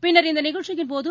பின்னர் இந்த நிகழ்ச்சியின் போது